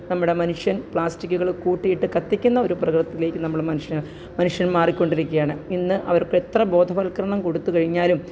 നമ്മുടെ മനുഷ്യന് പ്ലാസ്റ്റിക്കുകൾ കൂട്ടിയിട്ട് കത്തിക്കുന്ന ഒരു പ്രകൃതത്തിലേക്ക് നമ്മൾ മനുഷ്യന് മനുഷ്യന് മാറിക്കൊണ്ടിരിക്കുകയാണ് ഇന്ന് അവര്ക്ക് എത്ര ബോധവല്ക്കരണം കൊടുത്ത് കഴിഞ്ഞാലും